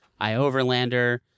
iOverlander